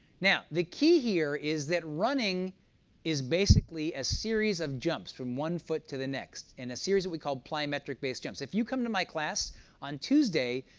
now the key here is that running is basically a series of jumps from one foot to the next in a series that we call plyometric-based jumps. if you come to my class on tuesday,